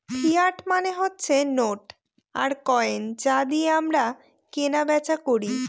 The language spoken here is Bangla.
ফিয়াট মানে হচ্ছে নোট আর কয়েন যা দিয়ে আমরা কেনা বেচা করি